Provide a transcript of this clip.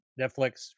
Netflix